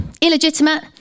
illegitimate